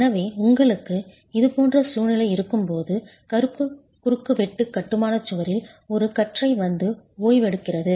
எனவே உங்களுக்கு இதுபோன்ற சூழ்நிலை இருக்கும்போது கருப்பு குறுக்குவெட்டு கட்டுமான சுவரில் ஒரு கற்றை வந்து ஓய்வெடுக்கிறது